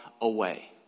away